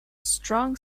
strong